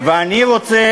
ואני רוצה,